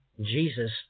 Jesus